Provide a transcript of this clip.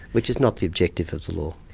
which is not the objective of the law.